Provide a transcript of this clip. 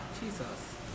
Jesus